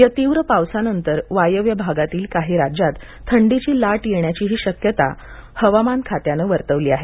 या तीव्र पावसानंतर वायव्य भागातील काही राज्यात तीव्र थंडीची लाट येण्याचीही शक्यता हवामान खात्यान वर्तवली आहे